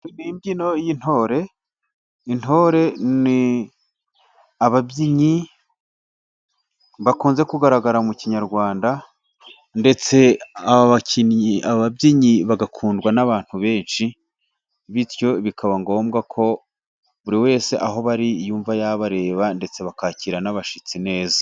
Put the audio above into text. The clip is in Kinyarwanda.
Imbyino y'intore, intore ni ababyinnyi bakunze kugaragara mu kinyarwanda, ndetse abakinnyi, ababyinnyi, bagakundwa n'abantu benshi, bityo bikaba ngombwa ko buri wese aho bari yumva yabareba, ndetse bakakira n'abashyitsi neza.